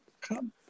come